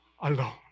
alone